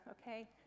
okay